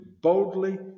boldly